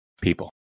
people